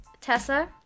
Tessa